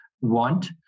want